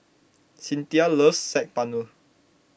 Cynthia loves Saag Paneer